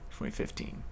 2015